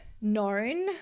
known